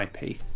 IP